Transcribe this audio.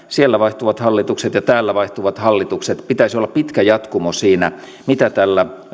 siellä vaihtuvat hallitukset ja täällä vaihtuvat hallitukset pitäisi olla pitkä jatkumo siinä mitä tällä